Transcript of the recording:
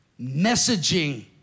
messaging